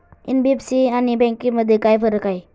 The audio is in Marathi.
एन.बी.एफ.सी आणि बँकांमध्ये काय फरक आहे?